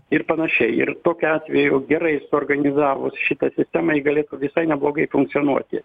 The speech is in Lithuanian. ir panašiai ir tokiu atveju gerai suorganizavus šitą sistemą ji galėtų visai neblogai funkcionuoti